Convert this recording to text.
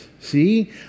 See